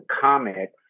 comics